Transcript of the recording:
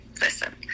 listen